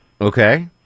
Okay